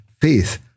faith